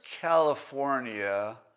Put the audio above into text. California